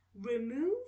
remove